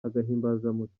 agahimbazamusyi